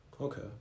Okay